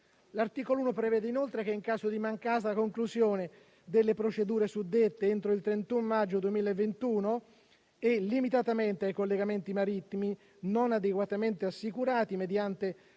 L'articolo 1 prevede inoltre che, in caso di mancata conclusione delle procedure suddette entro il 31 maggio 2021 e limitatamente ai collegamenti marittimi non adeguatamente assicurati mediante